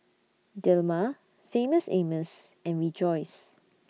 Dilmah Famous Amos and Rejoice